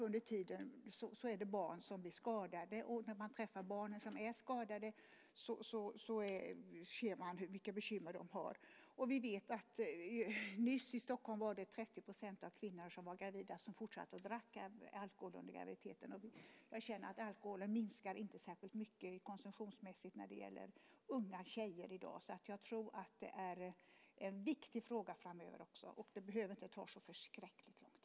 Under tiden är det ju barn som blir skadade, och när man träffar barn som är skadade ser man vilka bekymmer de har. Vi vet att det nyss var 30 % av de gravida kvinnorna i Stockholm som fortsatte att dricka alkohol under graviditeten. Jag känner också att alkoholen inte minskar särskilt mycket konsumtionsmässigt när det gäller unga tjejer i dag. Jag tror alltså att detta är en viktig fråga också framöver. Och det behöver inte ta så förskräckligt lång tid.